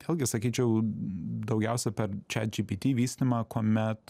vėlgi sakyčiau daugiausia per chatgpt vystymą kuomet